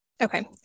Okay